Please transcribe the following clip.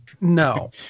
No